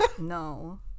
no